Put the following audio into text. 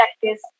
practice